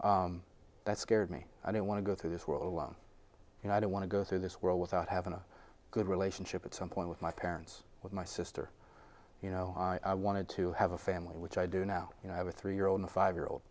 lonely that scared me i didn't want to go through this world and i don't want to go through this world without having a good relationship at some point with my parents with my sister you know wanted to have a family which i do now you know i have a three year old and five year old